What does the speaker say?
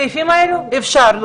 בעיה.